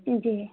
जी